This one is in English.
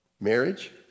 Marriage